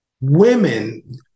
women